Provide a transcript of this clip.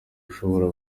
ushobora